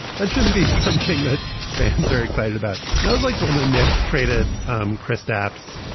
that shouldn't be something that fans are excited about. knows, like when the knicks traded um kristaps.